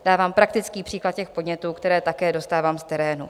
Dávám praktický příklad těch podnětů, které také dostávám z terénu.